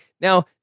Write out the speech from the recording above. Now